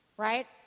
right